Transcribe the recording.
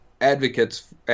advocates